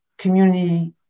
community